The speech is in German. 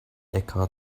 äcker